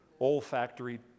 olfactory